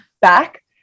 back